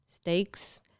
steaks